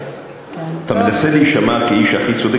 אתה מנסה להישמע כאיש הכי צודק,